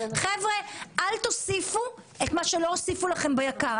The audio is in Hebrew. חבר'ה, אל תוסיפו את מה שלא הוסיפו לכם ביק"ר.